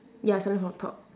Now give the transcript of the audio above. ya starting from top